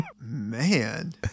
Man